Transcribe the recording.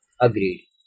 agreed